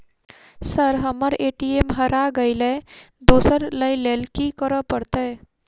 Sir हम्मर ATM हरा गइलए दोसर लईलैल की करऽ परतै?